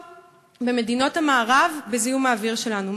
במדינות המערב בזיהום האוויר שלנו.